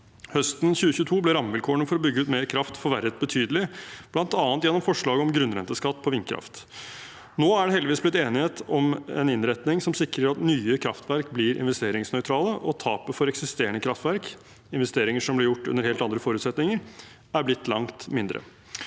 høsten 2022 ble rammevilkårene for å bygge ut mer kraft forverret betydelig, bl.a. gjennom forslaget om grunnrenteskatt på vindkraft. Nå er det heldigvis blitt enighet om en innretning som sikrer at nye kraftverk blir investeringsnøytrale, og tapet for eksisterende kraftverk, investeringer